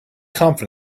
confidence